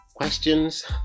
Questions